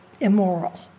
immoral